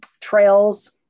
trails